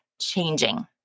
changing